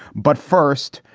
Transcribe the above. but first,